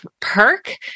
perk